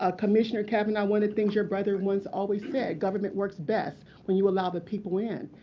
ah commissioner cavanaugh, one of the things your brother once always said, government works best when you allow the people in.